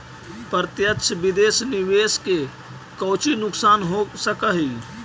प्रत्यक्ष विदेश निवेश के कउची नुकसान हो सकऽ हई